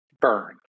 burn